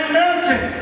mountain